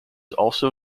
also